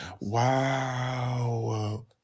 Wow